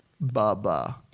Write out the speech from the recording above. Baba